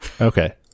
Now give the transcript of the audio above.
Okay